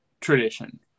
tradition